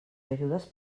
ajudes